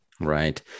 Right